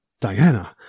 Diana